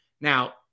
Now